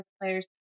players